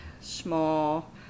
small